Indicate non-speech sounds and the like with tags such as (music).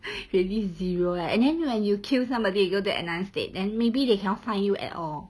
(laughs) really zero leh and then when you kill somebody you go to another state and maybe they cannot find you at all